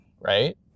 right